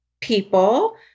people